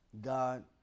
God